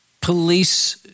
police